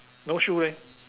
no shoes leh